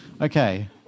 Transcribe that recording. Okay